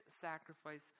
sacrifice